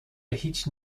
هیچ